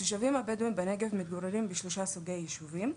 התושבים הבדואים בנגב מתגוררים בשלושה סוגי יישובים,